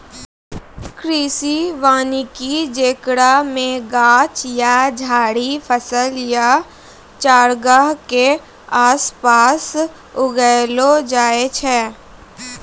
कृषि वानिकी जेकरा मे गाछ या झाड़ि फसल या चारगाह के आसपास उगैलो जाय छै